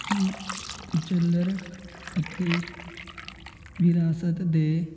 ਕੁ ਕੁਚਲਰ ਅਤੇ ਵਿਰਾਸਤ ਦੇ